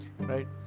right